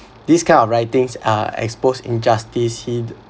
this kind of writings are exposed injustice